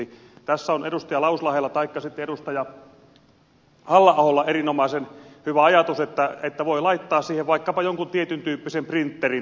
tässä on edustaja lauslahdella taikka sitten edustaja halla aholla erinomaisen hyvä ajatus että voi laittaa siihen vaikkapa jonkun tietyn tyyppisen printterin